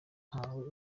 ntawe